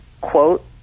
quote